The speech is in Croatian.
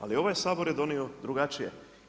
Ali ovaj Sabor je donio drugačije.